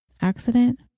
Accident